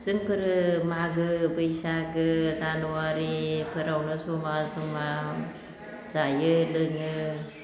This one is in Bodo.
जोंफोरो मागो बैसागो जानुवारि इफोरावनो जमा जमा जायो लोङो